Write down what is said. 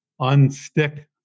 unstick